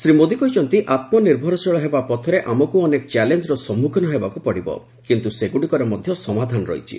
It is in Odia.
ଶ୍ରୀ ମୋଦୀ କହିଛନ୍ତି ଆତ୍ମନିର୍ଭରଶୀଳ ହେବା ପଥରେ ଆମକୁ ଅନେକ ଚ୍ୟାଲେଞ୍ଜର ସମ୍ମୁଖୀନ ହେବାକୁ ପଡ଼ିବ କିନ୍ତୁ ସେଗୁଡ଼ିକର ମଧ୍ୟ ସମାଧାନ ରହିଛି